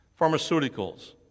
Pharmaceuticals